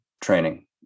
training